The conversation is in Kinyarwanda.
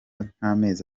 nk’amezi